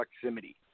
proximity